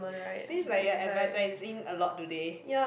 seems like you're advertising a lot today